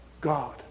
God